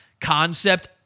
concept